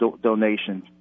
donation